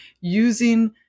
using